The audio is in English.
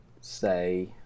say